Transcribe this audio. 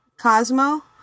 Cosmo